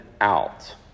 out